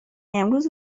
امروز